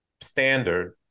standard